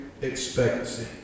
expectancy